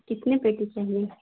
कितने पेटी चाहिए